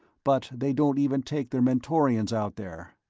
but they don't even take their mentorians out there.